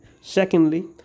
Secondly